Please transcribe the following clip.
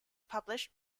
published